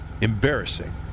Embarrassing